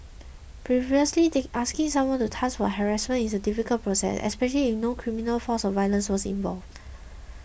previously take asking someone to task for harassment is a difficult process especially if no criminal force violence was involved